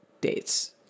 dates